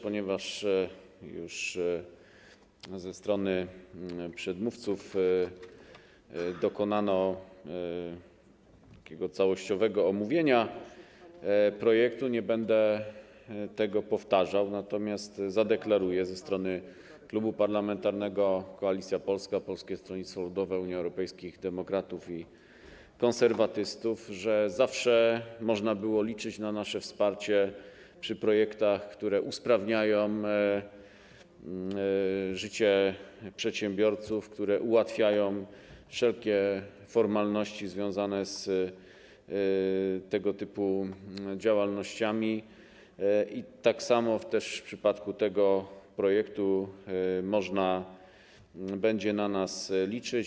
Ponieważ już ze strony przedmówców dokonano całościowego omówienia projektu, nie będę tego powtarzał, natomiast zadeklaruję ze strony Klubu Parlamentarnego Koalicja Polska - Polskie Stronnictwo Ludowe, Unia Europejskich Demokratów, Konserwatyści, że tak jak zawsze można było liczyć na nasze wsparcie przy projektach, które usprawniają życie przedsiębiorców, które ułatwiają wszelkie formalności związane z tego typu działalnościami, tak samo w przypadku tego projektu można będzie na nas liczyć.